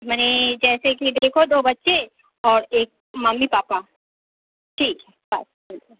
मने जैसे कि देखो दो बच्चे और एक मम्मी पापा ठीक है बाय